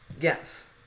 Yes